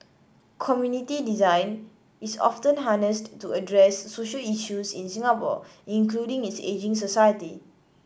community design is often harnessed to address social issues in Singapore including its ageing society